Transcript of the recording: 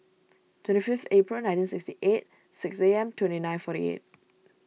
twenty fifth April nineteen sixty eight six A M twenty nine forty eight